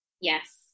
Yes